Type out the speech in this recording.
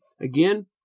Again